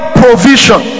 provision